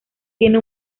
tiene